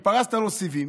פרסת לו סיבים,